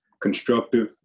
constructive